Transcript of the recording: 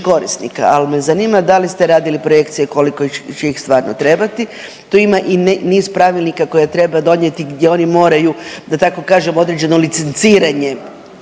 ali me zanima da li ste radili projekcije koliko će ih stvarno trebati? Tu ima i niz pravilnika koje treba donijeti gdje oni moraju da tako kažem određeno licenciranje